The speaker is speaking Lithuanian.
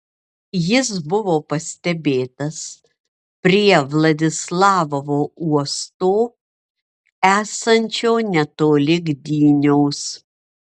jis buvo pastebėtas prie vladislavovo uosto esančio netoli gdynios